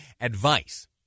advice